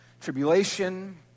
tribulation